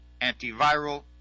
antiviral